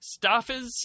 Staffers